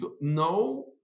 No